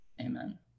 amen